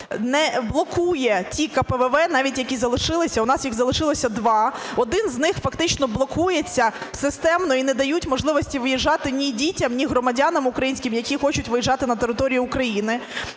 не… блокує ті КПВВ, навіть які залишися, у нас їх залишилося два. Один з них фактично блокується системно і не дають можливості в'їжджати ні дітям, ні громадянам українським, які хочуть виїжджати на територію України.